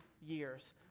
years